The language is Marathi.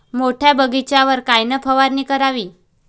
मोठ्या बगीचावर कायन फवारनी करावी?